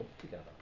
together